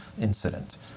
incident